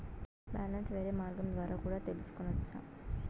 Balance వేరే మార్గం ద్వారా కూడా తెలుసుకొనొచ్చా?